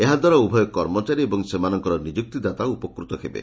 ଏହାଦ୍ୱାରା ଉଭୟ କର୍ମଚାରୀ ଏବଂ ସେମାନଙ୍କର ନିଯୁକ୍ତି ଦାତା ଉପକୃତ ହେବେ